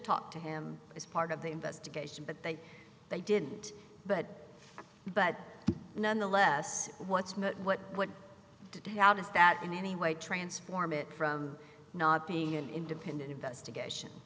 talked to him as part of the investigation but they they didn't but but nonetheless what's most what what did how does that in any way transform it from not being an independent investigation